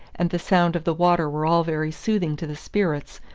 and the sound of the water were all very soothing to the spirits,